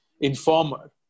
informer